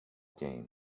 game